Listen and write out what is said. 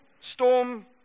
storm